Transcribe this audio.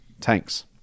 tanks